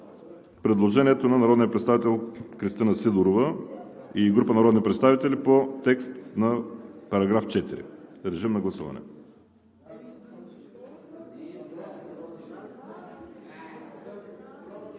предложението на народния представител Кристина Сидорова и група народни представители по текста на § 4. Гласували